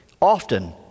often